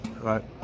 Right